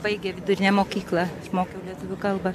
baigė vidurinę mokyklą mokau lietuvių kalbą